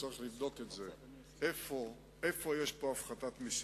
וצריך לבדוק את זה, איפה יש פה הפחתת מסים?